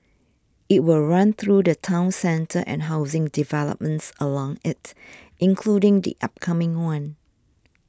it will run through the town centre and housing developments along it including the upcoming one